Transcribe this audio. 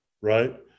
right